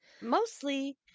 Mostly